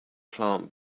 plant